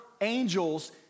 angels